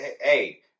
Hey